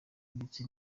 ndetse